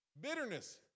Bitterness